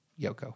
Yoko